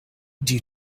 due